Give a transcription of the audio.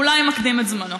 אולי מקדים את זמנו.